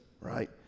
right